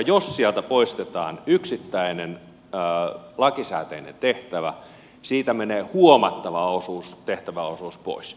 jos sieltä poistetaan yksittäinen lakisääteinen tehtävä siitä menee huomattava tehtäväosuus pois